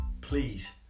please